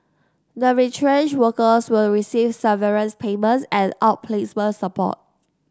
the retrenched workers will receive severance payments and outplacement support